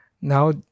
Now